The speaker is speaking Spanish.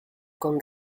con